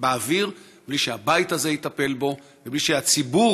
באוויר בלי שהבית הזה יטפל בו ובלי שהציבור